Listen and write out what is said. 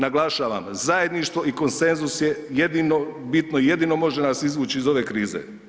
Naglašavam zajedništvo i konsenzus je jedino bitno, jedino može nas izvući iz ove krize.